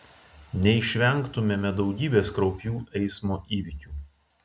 neišvengtumėme daugybės kraupių eismo įvykių